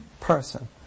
person